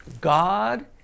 God